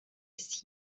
ist